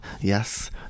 yes